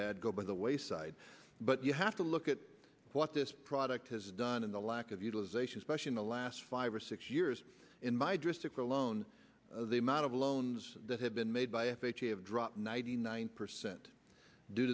bad go by the wayside but you have to look at what this product has done and the lack of utilization especially in the last five or six years in my dress to cologne the amount of loans that have been made by f h a have dropped ninety nine percent due